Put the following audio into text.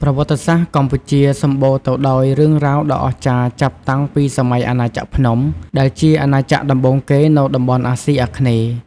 ប្រវត្តិសាស្ត្រកម្ពុជាសម្បូរទៅដោយរឿងរ៉ាវដ៏អស្ចារ្យចាប់តាំងពីសម័យអាណាចក្រភ្នំ ដែលជាអាណាចក្រដំបូងគេនៅតំបន់អាស៊ីអាគ្នេយ៍។